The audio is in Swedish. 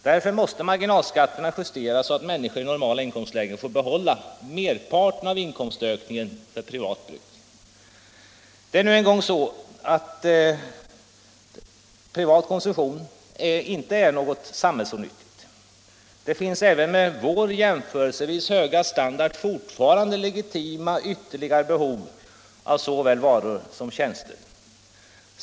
Därför måste marginalskatterna justeras så, att människor i normala inkomstlägen får behålla merparten av inkomstökningen för privat bruk. Det är nu en gång inte så att privat konsumtion är något samhällsonyttigt. Det finns även med vår jämförelsevis höga standard fortfarande legitima ytterligare behov av såväl varor som tjänster.